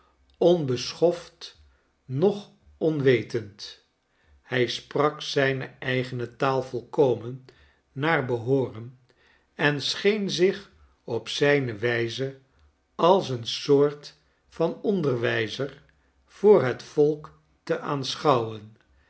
onbeschoft noch onwetend hij sprak zijne eigene taal volkomen naar behooren en scheen zich op zijne wijze als een soort van onderwijzer voor het volk te aanschouwen